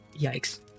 Yikes